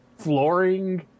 flooring